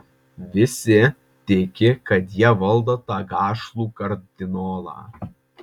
visi tiki kad jie valdo tą gašlų kardinolą